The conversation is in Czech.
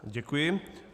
Děkuji.